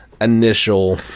initial